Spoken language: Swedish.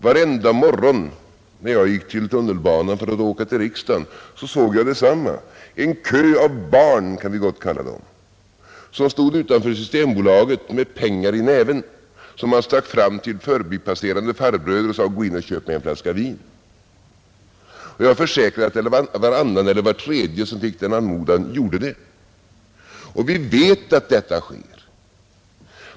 Varenda morgon, när jag gick till tunnelbanan för att åka till riksdagen, såg jag detsamma: en kö av barn, kan vi gott kalla dem, som stod utanför systembutiken med pengar i näven som de stack fram till förbipasserande farbröder och sade: Köp mig en flaska vin, Och jag försäkrar att varannan eller var tredje som fick den anmodan gjorde det. Vi vet alltså att detta sker.